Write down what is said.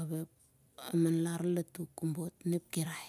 ap ep amanlar latu on ep kirai.